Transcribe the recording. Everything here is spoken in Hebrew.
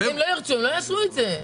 אם הם לא ירצו, הם לא יעשו את זה.